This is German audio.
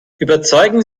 überzeugen